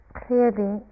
clearly